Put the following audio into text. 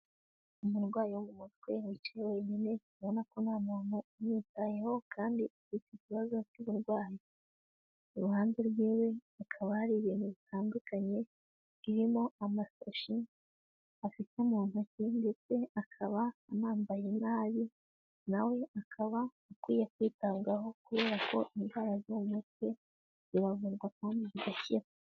Umurwayi wo mu mutwe wicaye wenyine, ubona ko nta muntu umwitayeho, kandi ufite ikibazo cy'uburwayi. Iruhande rwiwe hakaba hari ibintu bitandukanye birimo amashashi afite mu ntoki, ndetse akaba anambaye nabi, na we akaba akwiye kwitabwaho kubera ko indwara zo mu mutwe ziravurwa kandi zigakira.